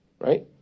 right